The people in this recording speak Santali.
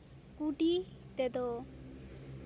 ᱠᱩᱰᱤ ᱛᱮᱫᱚ